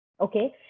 okay